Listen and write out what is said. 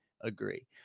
agree